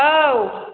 औ